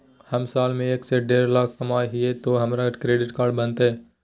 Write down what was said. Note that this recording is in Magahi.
हम साल में एक से देढ लाख कमा हिये तो हमरा क्रेडिट कार्ड बनते?